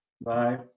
Bye